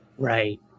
Right